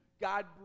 God